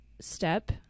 step